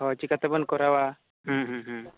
ᱦᱳᱭ ᱪᱮᱠᱟᱛᱮᱵᱚᱱ ᱠᱚᱨᱟᱣᱟ